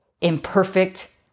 imperfect